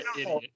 idiot